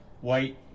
white